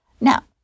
now